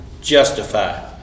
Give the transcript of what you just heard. justified